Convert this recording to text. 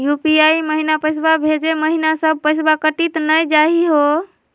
UPI महिना पैसवा भेजै महिना सब पैसवा कटी त नै जाही हो?